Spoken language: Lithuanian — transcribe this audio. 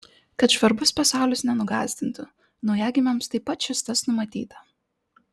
kad žvarbus pasaulis nenugąsdintų naujagimiams taip pat šis tas numatyta